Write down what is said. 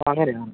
അങ്ങനെയാണ്